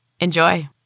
Enjoy